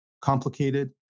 complicated